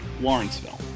Lawrenceville